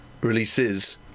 releases